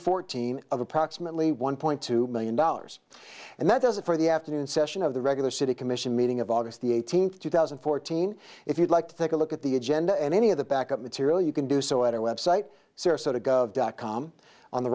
fourteen of approximately one point two million dollars and that is it for the afternoon session of the regular city commission meeting of august eighteenth two thousand and fourteen if you'd like to take a look at the agenda and any of the backup material you can do so at our website sarasota go dot com on the